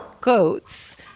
goats